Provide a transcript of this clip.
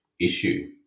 issue